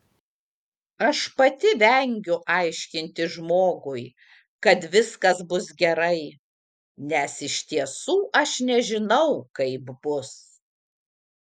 aš pati vengiu aiškinti žmogui kad viskas bus gerai nes iš tiesų aš nežinau kaip bus